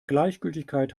gleichgültigkeit